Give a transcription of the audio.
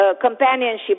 companionship